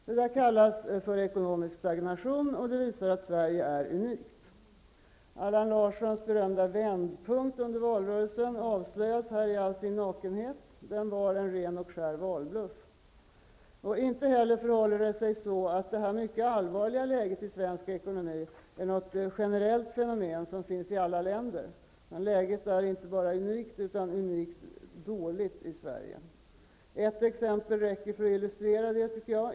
Detta kallas ekonomisk stagnation och visar att Sverige är unikt. Allan Larssons berömda vändpunkt, som han talade om under valrörelsen, avslöjas i all sin nakenhet. Den var en ren och skär valbluff. Inte heller är detta mycket allvarliga läge i svensk ekonomi något generellt fenomen i alla länder. Läget är unikt dåligt i Sverige. Jag tycker att det räcker med ett exempel för att illustrera det hela.